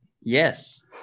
Yes